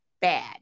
bad